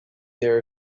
there